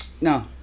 No